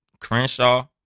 Crenshaw